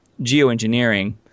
geoengineering